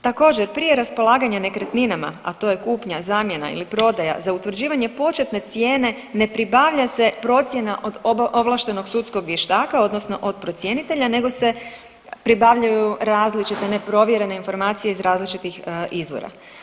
Također, prije raspolaganja nekretninama, a to je kupnja, zamjena ili prodaja, za utvrđivanje početne cijene ne pribavlja se procjena od ovlaštenog sudskog vještaka odnosno od procjenitelja nego se pribavljaju različite neprovjerene informacije iz različitih izvora.